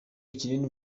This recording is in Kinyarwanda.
kinini